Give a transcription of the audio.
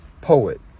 poet